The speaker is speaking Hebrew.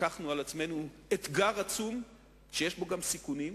לקחנו על עצמנו אתגר עצום, שיש בו גם סיכונים,